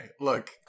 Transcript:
look